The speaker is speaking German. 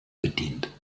bedient